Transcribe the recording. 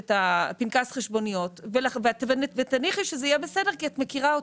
את פנקס החשבוניות ותניחי שזה יהיה בסדר כי את מכירה אותו.